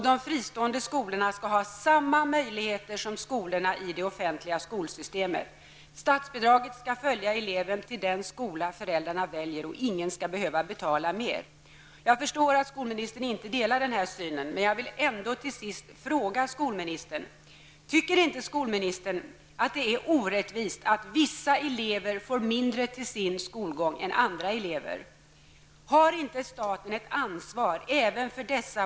De fristående skolorna skall ha samma möjligheter som skolorna i det offentliga skolsystemet. Statsbidraget skall följa eleven till den skola föräldrarna väljer, och ingen skall behöva betala mer. Tycker inte skolministern att det är orättvist att vissa elever får mindre bidrag till sin skolgång än andra elever?